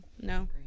no